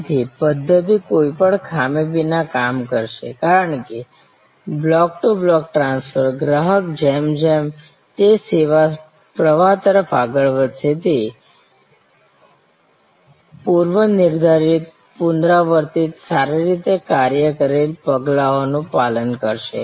તેથી પદ્ધત્તિ કોઈપણ ખામી વિના કામ કરશે કારણ કે બ્લોક ટુ બ્લોક ટ્રાન્સફર ગ્રાહક જેમ જેમ તે સેવા પ્રવાહ તરફ આગળ વધશે તે પૂર્વનિર્ધારિત પુનરાવર્તિત સારી રીતે કાર્ય કરેલ પગલાઓનું પાલન કરશે